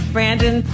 Brandon